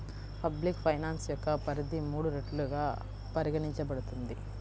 public finance యొక్క పరిధి మూడు రెట్లుగా పరిగణించబడుతుంది